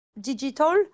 digital